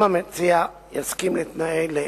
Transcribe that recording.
אם המציע יסכים לתנאים אלה,